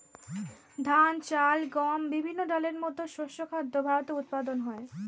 ধান, চাল, গম, বিভিন্ন ডালের মতো শস্য খাদ্য ভারতে উৎপাদন হয়